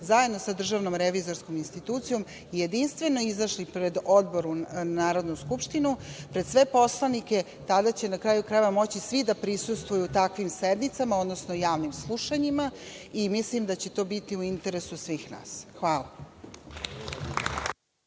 zajedno sa DRI i jedinstveno izašli pred odbor u Narodnoj skupštini, pred sve poslanike tada će, na kraju krajeva, moći svi da prisustvuju takvim sednicama, odnosno javnim slušanjima. Mislim da će to biti u interesu svih nas. Hvala.